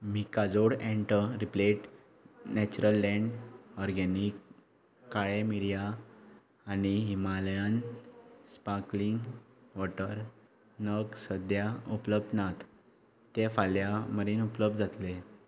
मिकाजोड एण्ट रिप्लेट Natureland organic काळे मिरयां आनी हिमालयन स्पार्कलिंग वॉटर नग सद्यां उपलब्द नात ते फाल्यां मरेन उपलब्द जातले